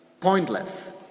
pointless